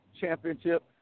championship